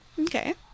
Okay